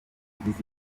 ugize